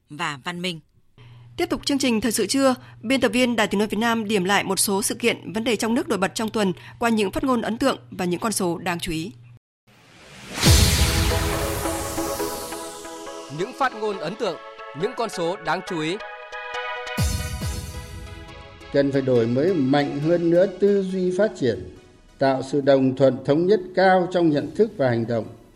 và văn minh. Tiếp tục chương trình Thời sự Trưa, biên tập viên Đài Tiếng Nói Việt Nam điểm lại một số sự kiện, vấn đề trong nước nổi bật trong tuần qua những phát ngôn ấn tượng và những con số đáng chú ý. Những phát ngôn ấn tượng, những con số đáng chú ý. Cần phải đổi mới mạnh hơn nữa tư duy phát triển, tạo sự đồng thuận thống nhất cao trong nhận thức và hành động.